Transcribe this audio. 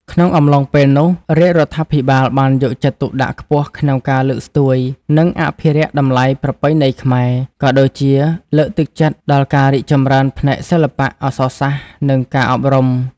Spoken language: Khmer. ក្នុងអំឡុងពេលនោះ រាជរដ្ឋាភិបាលបានយកចិត្តទុកដាក់ខ្ពស់ក្នុងការលើកស្ទួយ និងអភិរក្សតម្លៃប្រពៃណីខ្មែរ ក៏ដូចជាលើកទឹកចិត្តដល់ការរីកចម្រើនផ្នែកសិល្បៈ អក្សរសាស្ត្រ និងការអប់រំ។